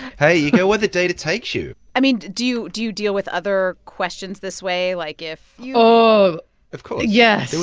hey, you go where the data takes you i mean, do do you deal with other questions this way? like if. oh of course yes.